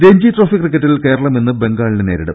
Ranji trophy ക്രിക്കറ്റിൽ കേരളം ഇന്ന് ബംഗാളിനെ നേരിടും